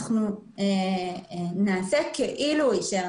אנחנו נעשה כאילו הוא אישר.